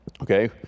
Okay